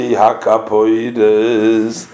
hakapoides